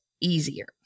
easier